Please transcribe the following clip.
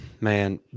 Man